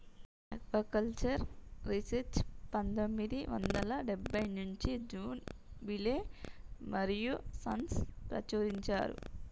aquaculture research పందొమ్మిది వందల డెబ్బై నుంచి జాన్ విలే మరియూ సన్స్ ప్రచురించారు